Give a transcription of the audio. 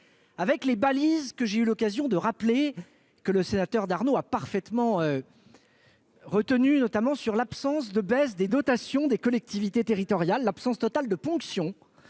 des balises que j'ai eu l'occasion de rappeler et que le sénateur Mathieu Darnaud a parfaitement retenues, concernant notamment l'absence de baisse des dotations des collectivités territoriales- l'absence totale de ponction,